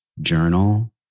journal